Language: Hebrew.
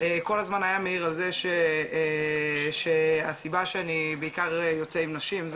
כל הזמן היה מעיר על זה שהסיבה שאני בעיקר יוצא עם נשים זה